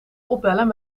opbellen